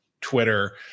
Twitter